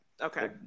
Okay